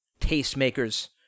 tastemakers